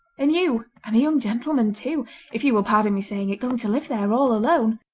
and you and a young gentlemen, too if you will pardon me saying it, going to live there all alone.